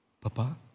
Papa